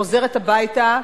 חוזרת הביתה,